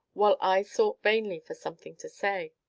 while i sought vainly for something to say.